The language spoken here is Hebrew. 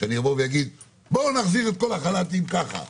שאני אבוא ואגיד: בואו נחזיר את כל החל"תים ככה,